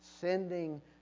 sending